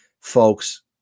folks